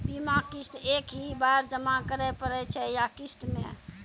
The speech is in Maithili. बीमा किस्त एक ही बार जमा करें पड़ै छै या किस्त मे?